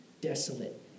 desolate